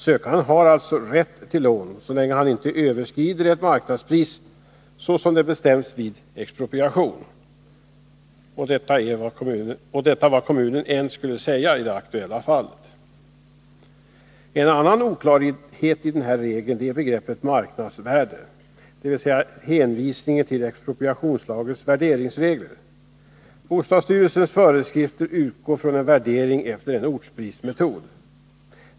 Sökanden skall alltså ha rätt till lån så länge han inte överskrider ett marknadspris så som det bestäms vid expropriation — och detta oavsett vad kommunen skulle säga i det aktuella fallet. En annan oklarhet i den här regeln är begreppet marknadsvärde, dvs. hänvisningen till expropriationslagens värderingsregler. Bostadsstyrelsens föreskrifter utgår från en värdering efter en ortsprismetod.